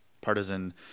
partisan